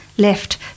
left